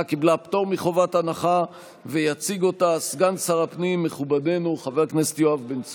בעד,